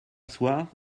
soir